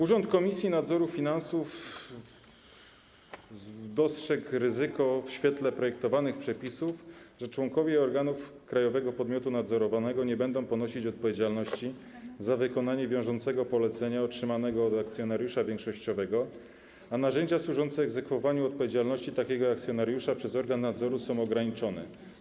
Urząd Komisji Nadzoru Finansowego dostrzegł w świetle projektowanych przepisów ryzyko polegające na tym, że członkowie organów krajowego podmiotu nadzorowanego nie będą ponosić odpowiedzialności za wykonanie wiążącego polecenia otrzymanego od akcjonariusza większościowego, a narzędzia służące egzekwowaniu odpowiedzialności takiego akcjonariusza przez organ nadzoru są ograniczone.